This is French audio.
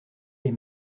les